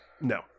No